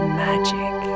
magic